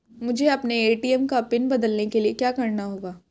मुझे अपने ए.टी.एम का पिन बदलने के लिए क्या करना होगा?